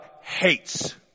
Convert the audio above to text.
hates